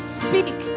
speak